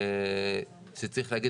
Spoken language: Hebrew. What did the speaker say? שצריך להגיד,